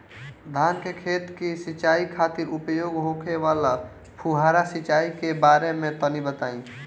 धान के खेत की सिंचाई खातिर उपयोग होखे वाला फुहारा सिंचाई के बारे में तनि बताई?